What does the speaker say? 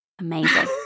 Amazing